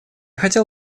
хотел